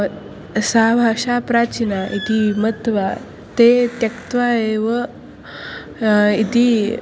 सा भाषा प्राचीना इति मत्वा ते त्यक्त्वा एव इति